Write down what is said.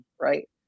right